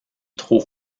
trop